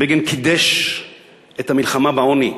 בגין קידש את המלחמה בעוני,